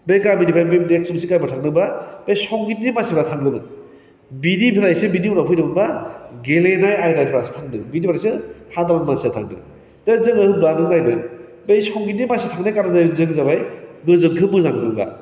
बे गामिनिफ्राइ बै नेक्स मोनसे गामियाव थांनोबा बे संगितनि मानसिफ्रा थांदोंमोन बिदिनिफ्राइसो बिनि उनाव फैदोंमोन मा गेलेनाय आयदाफ्रासो थांदों बेनि उननिफ्रायसो हादारन मानसिया थांदों दा जोङो होनाबा नों नायदो बै संगितनि मानसि थांनाय गामिनि जों जाबाय मिउजिकखौ मोजां मोनग्रा